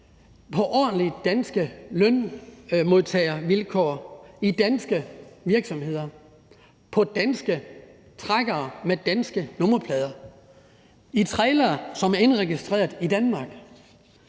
på ordentlige danske lønmodtagervilkår i danske virksomheder, med danske trækkere på danske nummerplader, med trailere, som er indregistreret i Danmark.